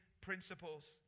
principles